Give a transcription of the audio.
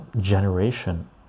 Generation